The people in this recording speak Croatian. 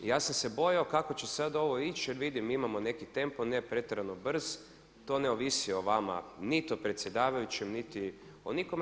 Ja sam se bojao kako će sada ovo ići jer vidim imamo neki tempo ne pretjerano brz, to ne ovisi o vama, niti o predsjedavajućem, niti o nikome.